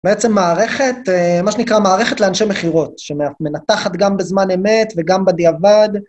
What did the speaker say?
בעצם מערכת, זה מה שנקרא מערכת לאנשי מכירות, שמנתחת גם בזמן אמת וגם בדיעבד.